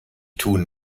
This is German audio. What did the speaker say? tun